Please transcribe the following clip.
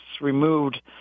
removed